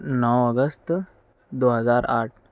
نو اگست دو ہزار آٹھ